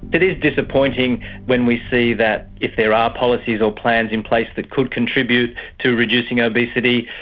it is disappointing when we see that if there are policies or plans in place that could contribute to reducing obesity,